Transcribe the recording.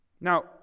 now